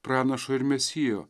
pranašo ir mesijo